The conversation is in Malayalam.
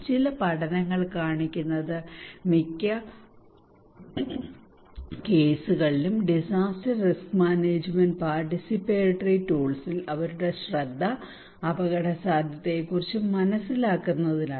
ചില പഠനങ്ങൾ കാണിക്കുന്നത് മിക്ക കേസുകളിലും ഡിസാസ്റ്റർ റിസ്ക് മാനേജ്മെന്റ് പാർട്ടിസിപ്പേറ്ററി ടൂൾസിൽ അവരുടെ ശ്രദ്ധ അപകടസാധ്യതയെക്കുറിച്ച് മനസ്സിലാക്കുന്നതിലാണ്